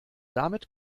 damit